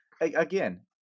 again